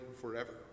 forever